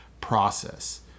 process